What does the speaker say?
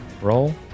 Roll